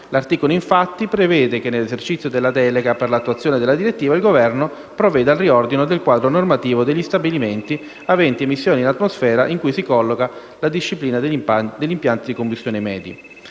L'articolo, infatti, prevede che, nell'esercizio della delega per l'attuazione della direttiva, il Governo provveda al riordino del quadro normativo degli stabilimenti aventi emissioni in atmosfera in cui si colloca la disciplina degli impianti di combustione medi.